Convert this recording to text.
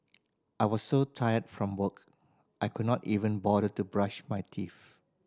I was so tired from work I could not even bother to brush my teeth